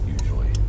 usually